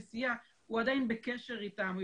נסיעה הוא עדיין בקשר איתם,